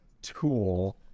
tool